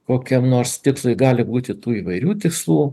kokiam nors tikslui gali būti tų įvairių tikslų